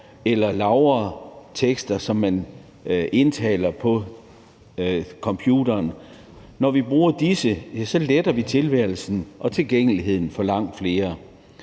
eller lagre tekster, som man indtaler på computeren. Når vi bruger disse muligheder, letter vi tilværelsen og tilgængeligheden for langt flere.